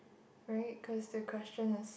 very cause the question is